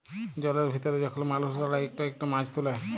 জলের ভিতরে যখল মালুস দাঁড়ায় ইকট ইকট মাছ তুলে